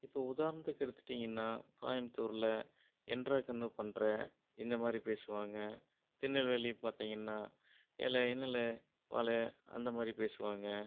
இப்போது உதாரணத்துக்கு எடுத்துட்டீங்கன்னா கோயம்புத்தூரில் என்ரா கண்னு பண்ணுற இந்த மாதிரி பேசுவாங்க திருநெல்வேலி பார்த்தீங்கன்னா ஏலே என்னலே வாலே அந்த மாதிரி பேசுவாங்க